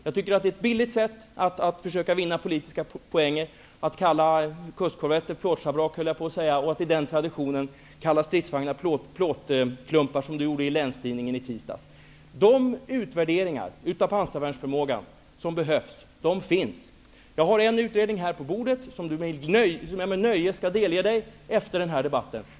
Jag tycker att det är ett billigt sätt att försöka vinna politiska poäng att, i linje med traditionen att kalla kustkorvetter för plåtschabrak, kalla stridsvagnar för plåtklumpar, som Sture De utvärderingar som behöver göras av pansarvärnsförmågan finns. Jag har framför mig på bänken en sådan, som jag med nöje skall delge Sture Ericson efter denna debatt.